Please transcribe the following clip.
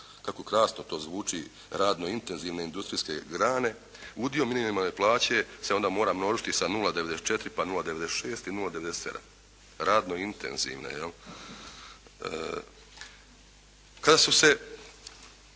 kako krasno to zvuči radno intenzivne industrijske grane udio minimalne plaće se onda može množiti sa 0,94 pa 0,96 i 0,97. Radno intenzivne jel' Kad su se